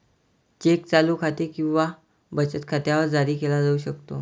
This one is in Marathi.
चेक चालू खाते किंवा बचत खात्यावर जारी केला जाऊ शकतो